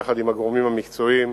ביחד עם הגורמים המקצועיים,